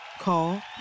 Call